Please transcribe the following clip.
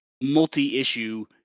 multi-issue